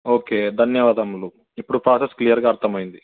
okay ధన్యవాదములు ఇప్పుడు process క్లియర్గా అర్థమైంది